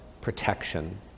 protection